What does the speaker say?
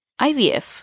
IVF